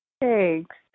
Thanks